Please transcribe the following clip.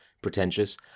pretentious